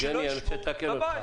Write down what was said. אני רוצה לתקן אותך.